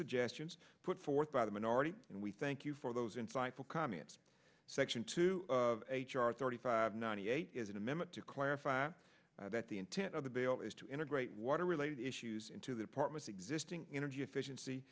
suggestions put forth by the minority and we thank you for those insightful comments section to h r thirty five ninety eight is an amendment to clarify that the intent of the bill is to integrate water related issues into the apartments existing energy efficiency